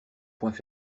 poings